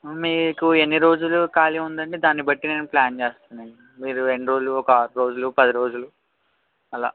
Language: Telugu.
మీకు ఎన్ని రోజులు ఖాళీ ఉందండి దాన్ని బట్టి నేను ప్లాన్ చేస్తానండి మీరు రెండు రోజులు ఒక ఆరు రోజులు పది రోజులు అలా